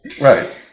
Right